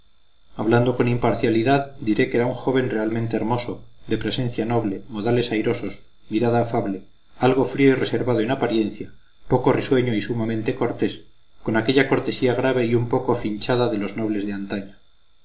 hablando con imparcialidad diré que era un joven realmente hermoso de presencia noble modales airosos mirada afable algo frío y reservado en apariencia poco risueño y sumamente cortés con aquella cortesía grave y un poco finchada de los nobles de antaño